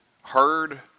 Heard